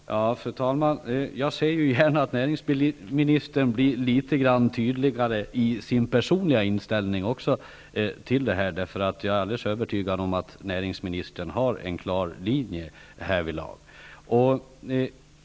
Fru talman! Jag ser gärna att näringsministern blir tydligare i sin personliga inställning till frågan. Jag är alldeles övertygad om att näringsminstern har en klar linje härvidlag.